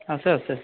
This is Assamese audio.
আছে আছে